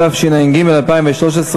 התשע"ג 2013,